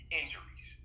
injuries